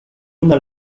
una